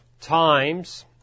times